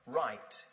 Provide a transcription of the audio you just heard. right